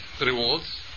rewards